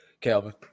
Calvin